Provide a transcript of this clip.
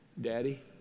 Daddy